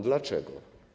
Dlaczego?